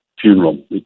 funeral